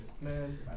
man